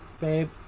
Babe